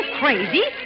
crazy